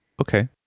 Okay